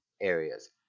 areas